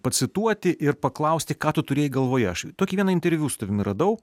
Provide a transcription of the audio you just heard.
pacituoti ir paklausti ką tu turėjai galvoje aš tokį vieną interviu su tavim radau